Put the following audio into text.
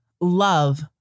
love